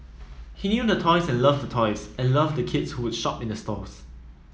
he knew the toys and loved the toys and loved the kids who would shop in the stores